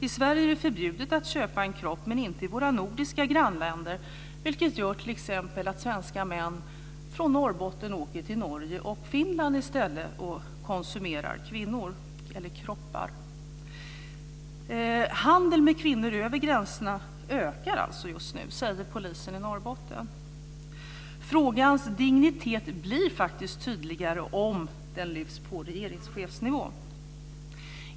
I Sverige är det förbjudet att köpa en kropp, men inte i våra nordiska grannländer. Det gör att svenska män från Norrbotten åker till Norge och Finland i stället och konsumerar kvinnor eller kroppar. Handeln med kvinnor över gränserna ökar alltså just nu säger polisen i Norrbotten. Frågans dignitet blir faktiskt tydligare om den lyfts upp på regeringschefsnivå.